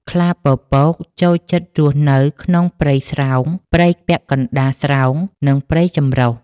ខ្លាពពកចូលចិត្តរស់នៅក្នុងព្រៃស្រោង ព្រៃពាក់កណ្តាលស្រោង និងព្រៃចម្រុះ។